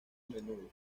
menudo